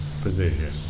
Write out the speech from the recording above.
position